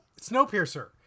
Snowpiercer